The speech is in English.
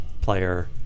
player